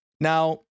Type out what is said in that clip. Now